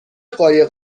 قایق